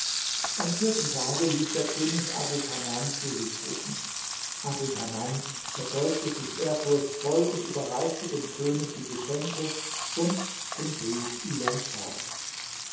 am vierten tage ließ der könig abu tamam zu sich rufen abu tamam verbeugte sich ehrfurchtsvoll und überreichte dem könig die geschenke und den brief ilan schahs